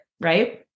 right